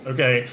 Okay